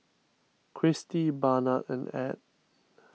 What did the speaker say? Cristi Barnard and Add